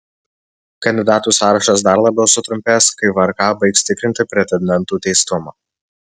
kandidatų sąrašas dar labiau sutrumpės kai vrk baigs tikrinti pretendentų teistumą